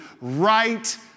right